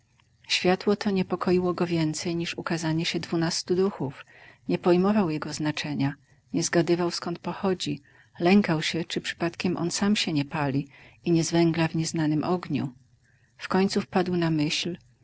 światło to niepokoiło go więcej niż ukazanie się dwunastu duchów nie pojmował jego znaczenia nie zgadywał skąd pochodzi lękał się czy przypadkiem on sam się nie pali i nie zwęgla w nieznanym ogniu wkońcu wpadł na myśl